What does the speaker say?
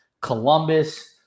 Columbus